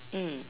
mm